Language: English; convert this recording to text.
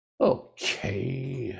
okay